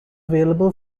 available